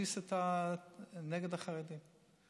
שמתסיס נגד החרדים,